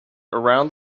around